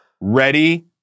Ready